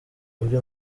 uri